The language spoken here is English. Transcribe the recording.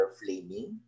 flaming